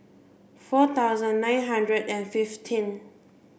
four thousand nine hundred and fifteen